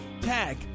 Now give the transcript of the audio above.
tag